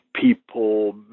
people